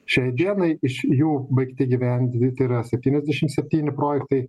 šiai dienai iš jų baigti įgyvendinti tai yra septyniasdešim septyni projektai